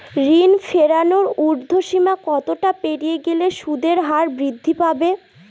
ঋণ ফেরানোর উর্ধ্বসীমা কতটা পেরিয়ে গেলে সুদের হার বৃদ্ধি পাবে?